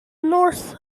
north